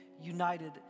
united